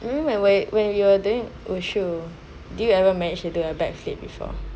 maybe when you were doing wushu did you ever managed to do a back flip before